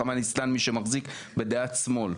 רַחֲמָנָא לִצלַן מי שמחזיק בדעת שמאל,